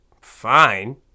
fine